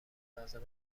لازم